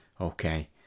Okay